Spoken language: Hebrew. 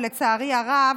ולצערי הרב,